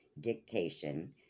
dictation